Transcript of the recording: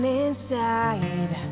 inside